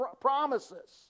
promises